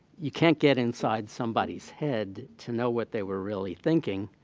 you can't get inside somebody's head to know what they were really thinking.